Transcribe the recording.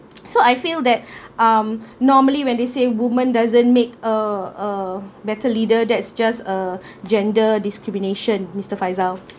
so I feel that um normally when they say woman doesn't make uh uh better leader that's just a gender discrimination mister faizal